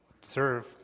serve